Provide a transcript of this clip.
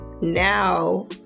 now